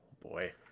boy